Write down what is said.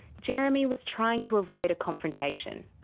jeremy was trying to avoid a confrontation.